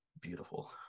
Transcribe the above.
beautiful